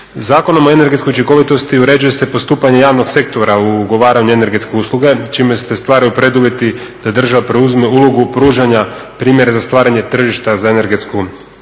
Zakonom o energetskoj učinkovitosti uređuje se postupanje javnog sektora u ugovaranju energetskih usluga, čime se stvaraju preduvjeti da država preuzme ulogu pružanja primjera za stvaranje tržišta za energetske usluge.